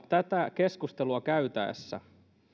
tätä keskustelua käytäessä